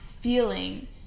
feeling